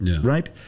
Right